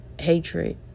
hatred